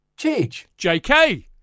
JK